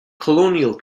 colonial